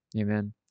Amen